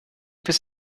bis